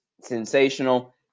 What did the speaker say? sensational